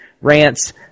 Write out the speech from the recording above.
rants